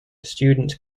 students